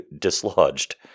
dislodged